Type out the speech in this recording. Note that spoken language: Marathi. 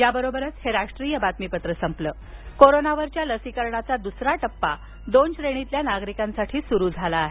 याबरोबरच हे राष्ट्रीय बातमीपत्र संपल कोरोनावरील लसीकरणाचा दुसरा टप्पा दोन श्रेणीतील नागरिकांसाठी सुरु झाला आहे